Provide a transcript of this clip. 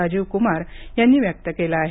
राजीव कुमार यांनी व्यक्त केलं आहे